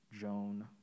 Joan